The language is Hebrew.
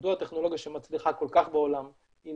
מדוע טכנולוגיה שמצליחה כל כך בעולם עם